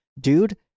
Dude